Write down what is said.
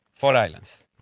four islands.